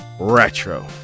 Retro